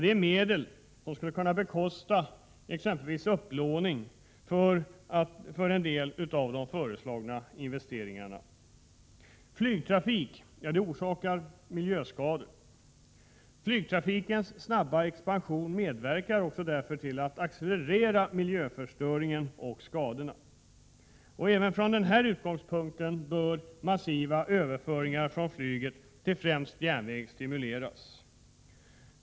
Det är medel som skulle kunna bekosta exempelvis upplåning för en del av de föreslagna investeringarna. Flygtrafik orsakar miljöskador. Flygtrafikens snabba expansion medverkar därför till att accelerera miljöförstöringen och skadorna. Även från denna utgångspunkt bör massiva överföringar från flyget till främst järnvägen stimuleras.